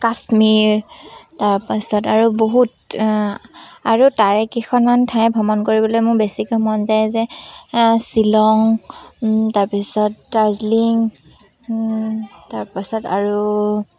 কাশ্মীৰ তাৰপাছত আৰু বহুত আৰু তাৰে কেইখনমান ঠাই ভ্ৰমণ কৰিবলৈ মোৰ বেছিকৈ মন যায় যে শ্বিলং তাৰপিছত দাৰ্জিলিং তাৰপাছত আৰু